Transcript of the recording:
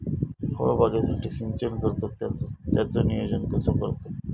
फळबागेसाठी सिंचन करतत त्याचो नियोजन कसो करतत?